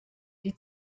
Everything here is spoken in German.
die